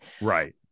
right